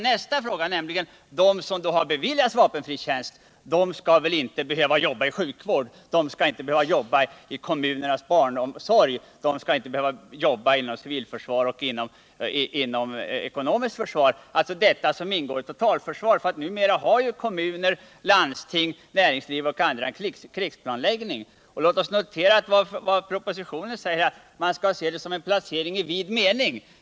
Nästa fråga är: Skall de som har beviljats vapenfri tjänst inte behöva jobba inom sjukvård och kommunernas barnomsorg eller inom civilförsvar och ekonomiskt försvar? Allt detta ingår dock i totalförsvaret, för numera har kommunerna, landstingen och näringslivet en krigsplanläggning. Enligt propositionen skall man se det såsom en krigsplacering i vid mening.